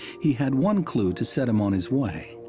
he had one clue to set him on his way.